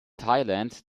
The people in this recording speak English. thailand